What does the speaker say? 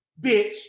bitch